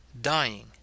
dying